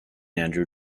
andrew